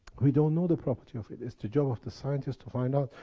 we don't know the properties of it. it's the job of the scientists to find out.